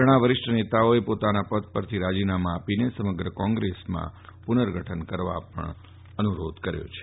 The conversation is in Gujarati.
ઘણા વરિષ્ઠ નેતાઓએ પદ પરથી રાજીનામાં આપીને સમગ્ર કોંગ્રેસમાં પુર્નગઠન કરવા અનુરોધ કર્યો છે